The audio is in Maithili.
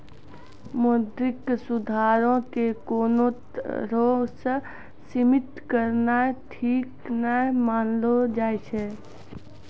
मौद्रिक सुधारो के कोनो तरहो से सीमित करनाय ठीक नै मानलो जाय छै